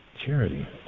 Charity